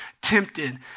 tempted